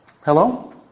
Hello